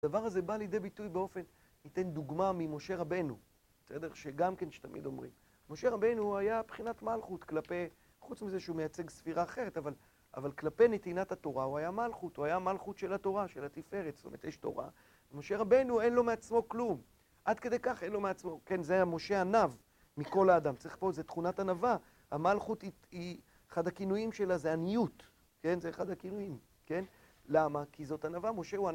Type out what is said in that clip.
הדבר הזה בא לידי ביטוי באופן, ניתן דוגמה ממשה רבנו, בסדר? שגם כן שתמיד אומרים. משה רבנו הוא היה בחינת מלכות כלפי, חוץ מזה שהוא מייצג ספירה אחרת, אבל כלפי נתינת התורה הוא היה מלכות, הוא היה מלכות של התורה, של התפארת, זאת אומרת יש תורה. משה רבנו אין לו מעצמו כלום, עד כדי כך אין לו מעצמו, כן זה היה משה ענו מכל האדם, צריך פה, זה תכונת ענוה. המלכות היא, אחד הכינויים שלה זה עניות, כן? זה אחד הכינויים, כן? למה? כי זאת ענוה. משה הוא ענ...